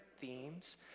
themes